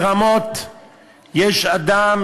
ברמות יש אדם